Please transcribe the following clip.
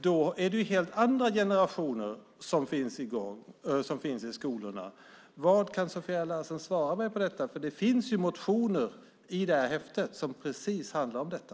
Då är det helt andra generationer som finns i skolorna. Vad kan Sofia Larsen svara mig på detta? Motioner som tas upp i betänkandet handlar precis om detta.